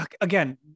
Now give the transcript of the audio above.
again